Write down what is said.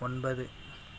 ஒன்பது